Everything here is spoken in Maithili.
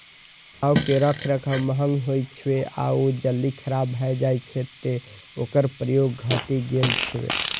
नाव के रखरखाव महग होइ छै आ ओ जल्दी खराब भए जाइ छै, तें ओकर प्रयोग घटि गेल छै